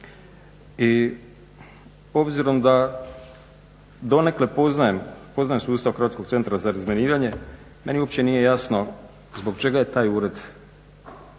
i obzirom da donekle poznajem sustav hrvatskog centra za razminiranje, meni uopće nije jasno zbog čega je taj ured